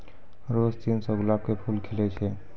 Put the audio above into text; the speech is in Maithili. रोज तीन सौ गुलाब के फूल खिलै छै